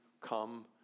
come